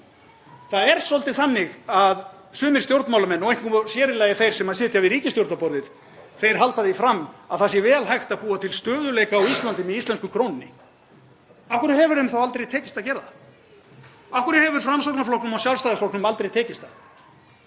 Það er svolítið þannig að sumir stjórnmálamenn, einkum og sér í lagi þeir sem sitja við ríkisstjórnarborðið, halda því fram að það sé vel hægt að búa til stöðugleika á Íslandi með íslensku krónunni. Af hverju hefur þeim þá aldrei tekist að gera það? Af hverju hefur Framsóknarflokknum og Sjálfstæðisflokknum aldrei tekist það?